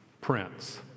Prince